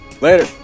Later